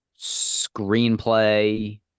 screenplay